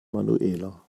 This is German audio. manuela